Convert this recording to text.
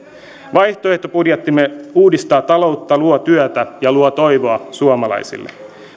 vaihtoehtobudjettimme uudistaa taloutta luo työtä ja luo toivoa suomalaisille